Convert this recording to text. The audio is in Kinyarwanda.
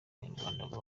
abanyarwanda